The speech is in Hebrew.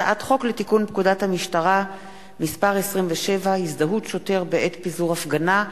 הצעת חוק לתיקון פקודת המשטרה (מס' 27) (הזדהות שוטר בעת פיזור הפגנה),